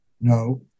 No